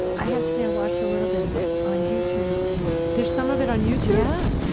i have to say i watched a little bit of it on youtube and, there's some of it on youtube? yeah.